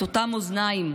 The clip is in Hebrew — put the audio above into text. את אותם מאזניים,